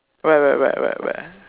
right right right right right